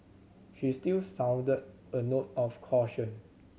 she still sounded a note of caution